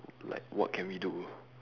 like what can we do